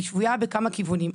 היא שבויה בכמה כיוונים.